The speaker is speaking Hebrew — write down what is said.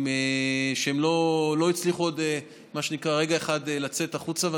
והם לא הצליחו עוד רגע אחד לצאת החוצה, מה שנקרא.